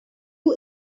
you